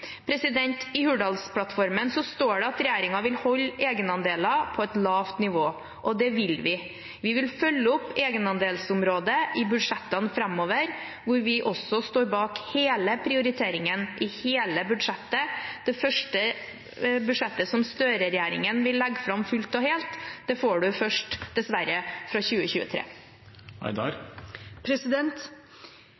I Hurdalsplattformen står det at regjeringen vil holde egenandeler på et lavt nivå, og det vil vi. Vi vil følge opp egenandelsområdet i budsjettene framover, hvor vi også står bak hele prioriteringen i hele budsjettet. Det første budsjettet som Støre-regjeringen vil legge fram fullt og helt, får man dessverre først fra 2023.